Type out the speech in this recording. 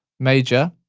major,